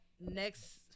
next